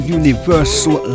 universal